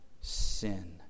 sin